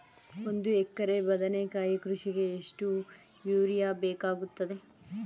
ಒಂದು ಎಕರೆ ಬದನೆಕಾಯಿ ಕೃಷಿಗೆ ಎಷ್ಟು ಯೂರಿಯಾ ಬೇಕಾಗುತ್ತದೆ?